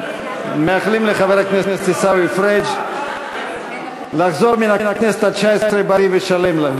מאחלים לחבר הכנסת עיסאווי פריג' לחזור מן הכנסת התשע-עשרה בריא ושלם.